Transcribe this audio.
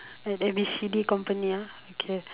at A B C D company ah okay